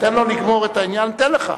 תן לו לגמור את העניין, אני אתן לך.